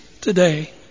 today